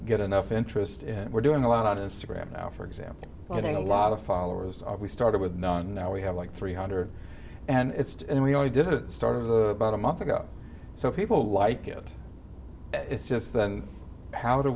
get enough interest in we're doing a lot instagram now for example i think a lot of followers we started with none now we have like three hundred and it's and we only did it start of the about a month ago so people like it it's just then how do